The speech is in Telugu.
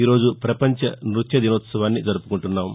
ఈ రోజు పపంచ నృత్య దినోత్సవాన్ని జరుపుకుంటున్నాం